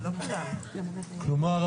כלומר,